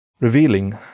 revealing